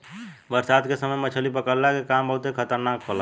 बरसात के समय मछली पकड़ला के काम बहुते खतरनाक होला